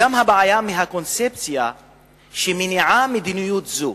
הבעיה היא גם הקונספציה שמניעה מדיניות זו.